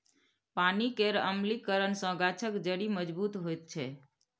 पानि केर अम्लीकरन सँ गाछक जड़ि मजबूत होइ छै